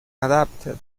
adapted